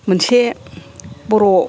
मोनसे बर'